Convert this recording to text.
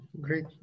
great